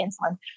insulin